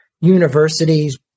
universities